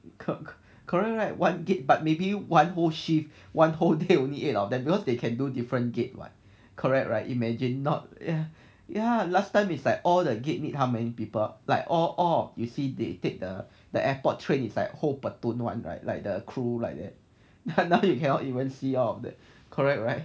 correct correct right one gate but maybe one whole shift one whole day only eight of them because they can do different gate [what] correct right imagine not ya ya last time is like all the gate need how many people like all all you see they take the the airport train like whole platoon [one] right like the crew like that you cannot you won't see of them correct right